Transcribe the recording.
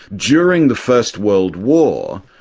during the first world war,